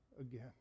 again